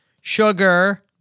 Sugar